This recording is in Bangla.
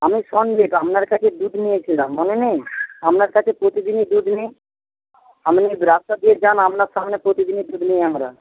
আমি সন্দীপ আপনার কাছে দুধ নিয়েছিলাম মনে নেই আপনার কাছে প্রতিদিনই দুধ নিই আপনি রাস্তা দিয়ে যান আপনার সামনে প্রতিদিনই দুধ নিই আমরা